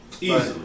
Easily